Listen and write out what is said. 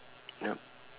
yup